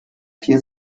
vier